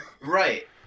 Right